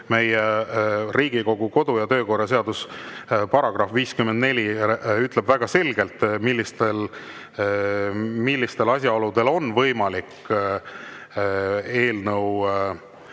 seoses. Riigikogu kodu‑ ja töökorra seaduse § 54 ütleb väga selgelt, millistel asjaoludel on võimalik eelnõu